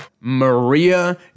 Maria